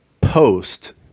post